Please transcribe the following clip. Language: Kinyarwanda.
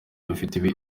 bifite